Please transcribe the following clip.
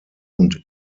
und